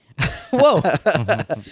Whoa